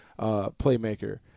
playmaker